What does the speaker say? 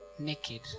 naked